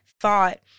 thought